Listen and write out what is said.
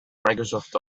microsoft